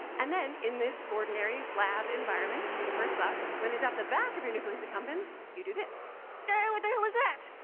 and then, in this ordinary lab environment the first box when they zap the back of your nucleus accumbens, you do this aaah, yeah what the hell is that?